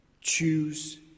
choose